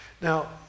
Now